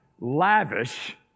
lavish